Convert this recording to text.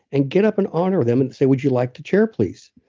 and get up and honor them and say, would you like to chair, please?